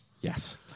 Yes